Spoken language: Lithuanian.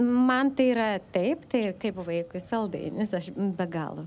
man tai yra taip tai jeigu vaikui saldainis aš be galo